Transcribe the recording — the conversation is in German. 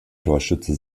torschütze